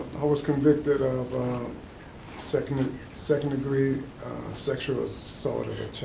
i was convicted ah of um second second degree sexual assault of